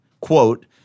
quote